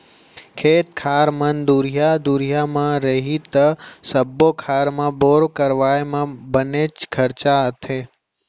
खेत खार मन दुरिहा दुरिहा म रही त सब्बो खार म बोर करवाए म बनेच खरचा आथे